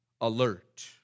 alert